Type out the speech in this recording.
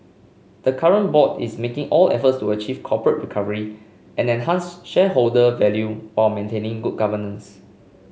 the current board is making all efforts to achieve corporate recovery and enhance shareholder value while maintaining good governance